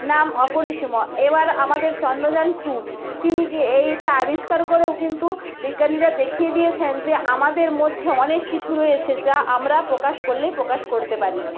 নাম অপরিসীম এবার আমাদের চন্দ্রযান টু তিনি কে এইটা আবিষ্কার করেও কিন্তু বিজ্ঞানীরা দেখিয়ে দিয়েছেন যে আমাদের মধ্যে অনেক কিছু রয়েছে যা আমরা প্রকাশ করলেই প্রকাশ করতে পারি